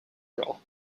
role